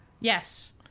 Yes